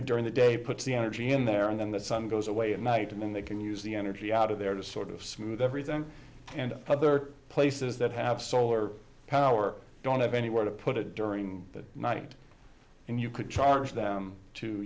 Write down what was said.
know during the day puts the energy in there and then the sun goes away at night and then they can use the energy out of there to sort of smooth every them and other places that have solar power don't have anywhere to put it during the night and you could charge them to